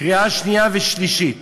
קריאה שנייה ושלישית